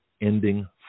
Ending